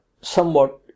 somewhat